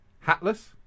hatless